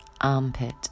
armpit